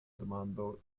demando